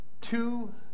Two